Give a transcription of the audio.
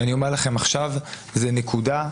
אני אומר לכם עכשיו שזאת נקודה.